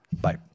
Bye